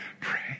Pray